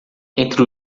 entre